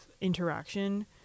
interaction